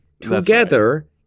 together